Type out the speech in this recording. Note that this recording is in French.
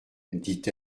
dit